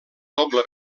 doble